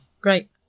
Great